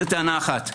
זו טענה אחת.